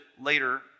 later